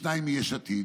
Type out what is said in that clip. שניים מיש עתיד,